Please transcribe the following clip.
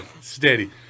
steady